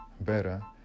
better